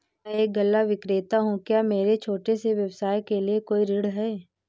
मैं एक गल्ला विक्रेता हूँ क्या मेरे छोटे से व्यवसाय के लिए कोई ऋण है?